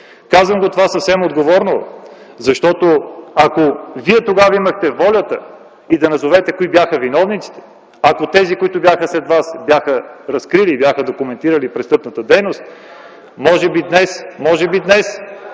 Казвам това съвсем отговорно, защото ако вие тогава имахте волята и назовете кои са виновниците, ако тези, които бяха сред вас, бяха разкрили и документирали престъпната дейност, може би днес нямаше да